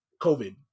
COVID